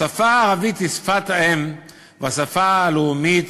השפה הערבית היא שפת האם והשפה הלאומית